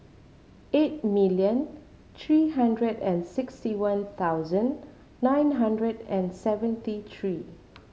eight million three hundred and sixty one thousand nine hundred and seventy three